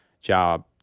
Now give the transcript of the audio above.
job